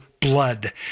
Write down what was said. blood